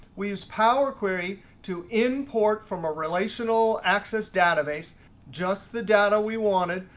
we used power query to import from a relational access database just the data we wanted.